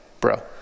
Bro